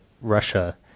Russia